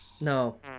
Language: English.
no